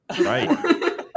Right